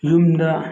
ꯌꯨꯝꯗ